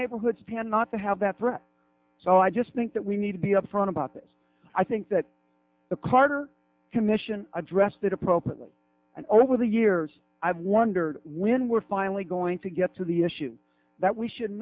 neighborhoods pand not to have that threat so i just think that we need to be upfront about this i think that the carter commission addressed that appropriately and over the years i've wondered when we're finally going to get to the issue that we should